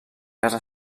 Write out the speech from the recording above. casa